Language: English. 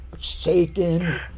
shaken